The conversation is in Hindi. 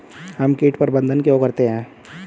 हम कीट प्रबंधन क्यों करते हैं?